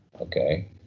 Okay